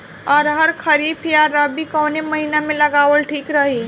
अरहर खरीफ या रबी कवने महीना में लगावल ठीक रही?